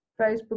facebook